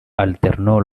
alternó